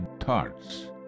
thoughts